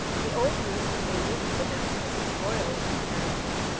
the old road from beirut to damascus is royal in comparison.